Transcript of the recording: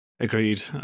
Agreed